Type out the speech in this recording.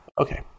Okay